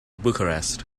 bucharest